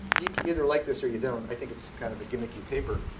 like either like this, or you don't. i think it's kind of a gimmicky paper.